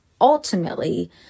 ultimately